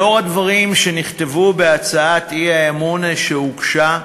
לאור הדברים שנכתבו בהצעת האי-אמון שהוגשה,